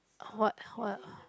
what what